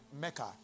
Mecca